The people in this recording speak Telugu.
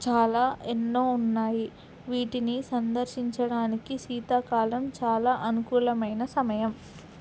చాలా ఎన్నో ఉన్నాయి వీటిని సందర్శించడానికి శీతాకాలం చాలా అనుకూలమైన సమయం